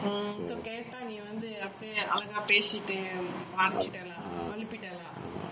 so கேட்டா நீ வந்து அப்டியே அழகா பேசிட்டு மழுப்பிட்டே:ketta nee vanthu apdiye alaga malupitta lah